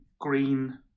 Green